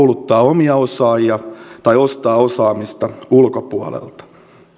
tekemiseen omia osaajia tai ostaa osaamista ulkopuolelta